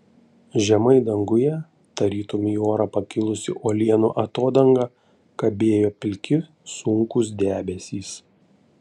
žemai danguje tarytum į orą pakilusi uolienų atodanga kabėjo pilki sunkūs debesys